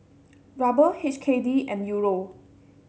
Ruble H K D and Euro